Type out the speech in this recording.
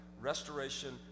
restoration